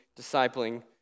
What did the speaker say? discipling